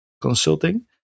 Consulting